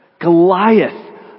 Goliath